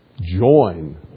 join